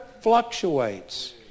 fluctuates